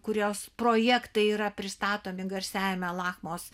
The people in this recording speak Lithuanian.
kurios projektai yra pristatomi garsiajame lakmos